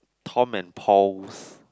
Tom and Paul's